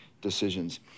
decisions